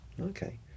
Okay